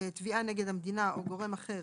תביעה נגד המדינה או גורם אחר